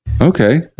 Okay